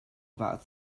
about